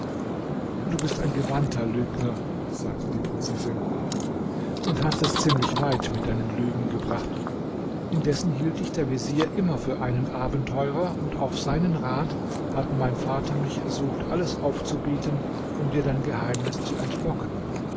du bist ein gewandter lügner sagte die prinzessin und hast es ziemlich weit mit deinen lügen gebracht indessen hielt dich der vezier immer für einen abenteurer und auf seinen rat hat mein vater mich ersucht alles aufzubieten um dir dein geheimnis zu entlocken